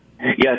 Yes